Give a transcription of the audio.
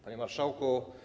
Panie Marszałku!